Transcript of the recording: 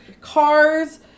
cars